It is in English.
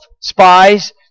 spies